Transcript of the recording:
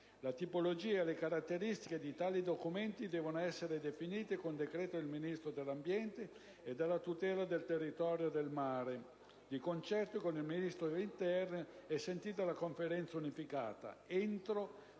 La tipologia e le caratteristiche di tali documenti devono essere definite con decreto del Ministero dell'ambiente e della tutela del territorio e del mare, di concerto con il Ministero dell'interno e sentita la Conferenza unificata, entro